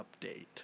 update